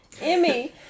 Emmy